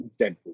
Deadpool